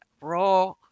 raw